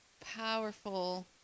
powerful